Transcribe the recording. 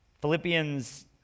Philippians